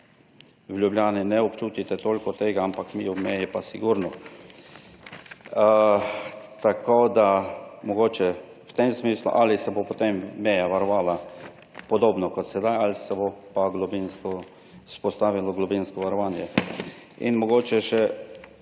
v Ljubljani ne občutite toliko tega, ampak mi ob meji pa sigurno. Tako da, mogoče v tem smislu. Ali se bo potem meja varovala podobno kot sedaj ali se bo pa vzpostavilo globinsko varovanje? In mogoče še,